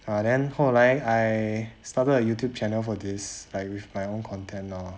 ah then 后来 I started a youtube channel for this like with my own content lor